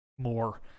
more